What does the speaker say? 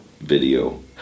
video